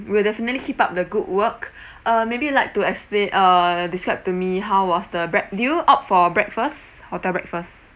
we'll definitely keep up the good work uh maybe you like to explain uh describe to me how was the break~ did you opt for breakfast hotel breakfast